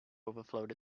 overflowed